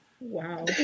Wow